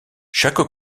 chaque